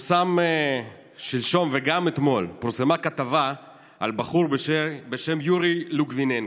פורסמה כתבה שלשום וגם אתמול על בחור בשם יורי לוגביננקו.